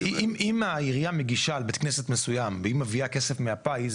אם העירייה מגישה על בית כנסת מסוים והיא מביאה כסף מהפיס,